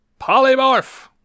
Polymorph